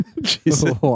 Jesus